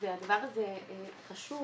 הדבר הזה חשוב,